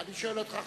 אני שואל אותך,